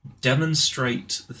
demonstrate